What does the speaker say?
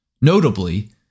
Notably